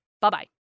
Bye-bye